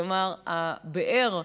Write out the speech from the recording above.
כלומר הבאר,